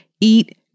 eat